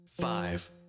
five